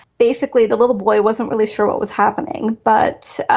basically the little boy wasn't really sure what was happening but.